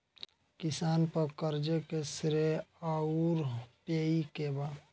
किसान पर क़र्ज़े के श्रेइ आउर पेई के बा?